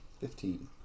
Fifteen